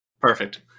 Perfect